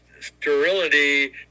sterility